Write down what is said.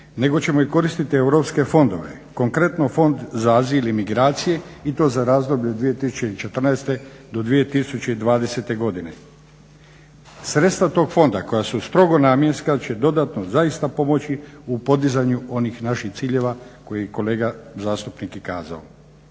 nego ćemo i koristiti europske fondove, konkretno Fond za azil i migracije i to za razdoblje 2014.-2020. godine. Sredstva tog fonda koja su strogo namjenska će dodatno zaista pomoći u podizanju onih naših ciljeva koje je kolega zastupnik i kazao.